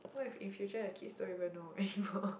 what if in future the kids don't even know anymore